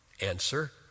Answer